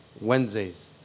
Wednesdays